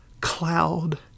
cloud